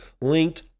linked